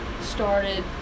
started